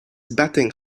batting